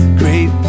great